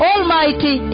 Almighty